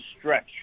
stretch